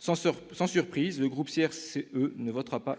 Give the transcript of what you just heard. Sans surprise, le groupe CRCE ne la votera pas.